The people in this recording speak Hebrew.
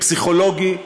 פסיכולוגי,